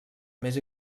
més